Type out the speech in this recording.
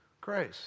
Grace